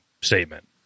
statement